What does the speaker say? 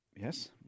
Yes